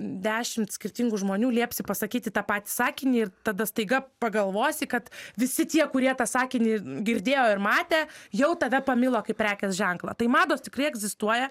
dešimt skirtingų žmonių liepsi pasakyti tą patį sakinį ir tada staiga pagalvosi kad visi tie kurie tą sakinį n girdėjo ir matė jau tave pamilo kaip prekės ženklą tai mados tikrai egzistuoja